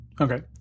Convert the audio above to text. Okay